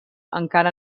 encara